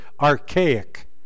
archaic